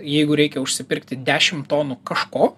jeigu reikia užsipirkti dešim tonų kažko